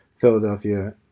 Philadelphia